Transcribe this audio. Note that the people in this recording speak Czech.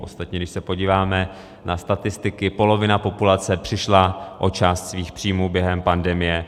Ostatně když se podíváme na statistiky, polovina populace přišla o část svých příjmů během pandemie.